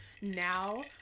now